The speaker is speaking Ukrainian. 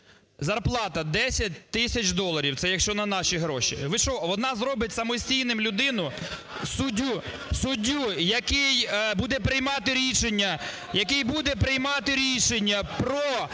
Зарплата 10 тисяч доларів, це якщо на наші гроші. Ви що, вона зробить самостійним людину? Суддю, який буде приймати рішення…